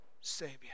savior